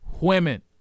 women